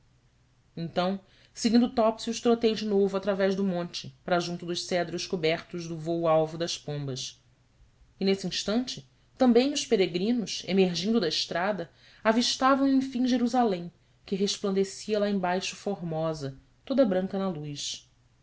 então seguindo topsius trotei de novo através do monte para junto dos cedros cobertos do vôo alvo das pombas e nesse instante também os peregrinos emergindo da estrada avistavam enfim jerusalém que resplandecia lá embaixo formosa toda branca na luz